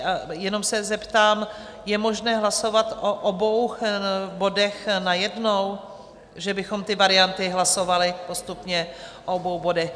A jenom se zeptám, je možné hlasovat o obou bodech najednou, že bychom ty varianty hlasovali postupně o obou bodech?